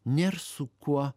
nėr su kuo